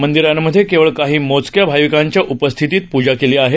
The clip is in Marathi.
मंदिरांमधे केवळ काही मोजक्या भाविकांच्या उपस्थितीत प्जा केली गेली